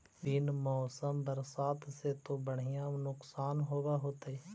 बिन मौसम बरसतबा से तो बढ़िया नुक्सान होब होतै?